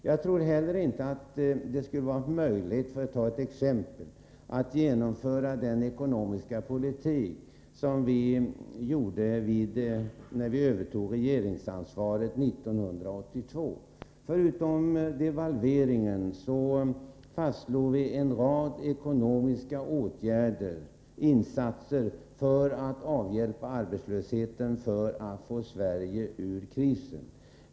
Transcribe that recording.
Jag tror inte heller att det med privata arbetsförmedlingar skulle ha varit möjligt — för att ta ett exempel — att genomföra den ekonomiska politik som vi genomförde när vi övertog regeringsansvaret 1982. Förutom devalveringen vidtog vi en rad ekonomiska och andra åtgärder för att avhjälpa arbetslösheten och få Sverige ur krisen.